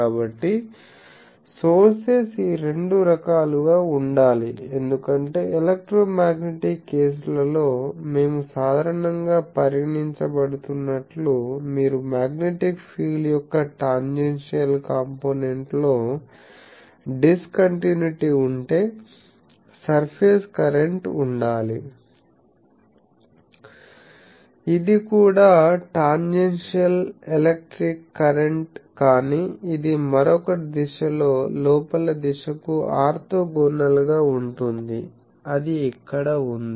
కాబట్టి సోర్సెస్ ఈ రెండు రకాలుగా ఉండాలి ఎందుకంటే ఎలక్ట్రో మ్యాగ్నెటిక్ కేసులలో మేము సాధారణంగా పరిగణించబడుతున్నట్లు మీరు మ్యాగ్నెటిక్ ఫీల్డ్ యొక్క టాంజెన్షియల్ కాంపోనెంట్లో డిస్కంటిన్యుటీ ఉంటే సర్ఫేస్ కరెంట్ ఉండాలి ఇది కూడా టాంజెన్షియల్ ఎలక్ట్రిక్ కరెంట్ కానీ ఇది మరొక దిశలో లోపల దిశ కు ఆర్తోగోనల్ గా ఉంటుంది అది ఇక్కడ ఉంది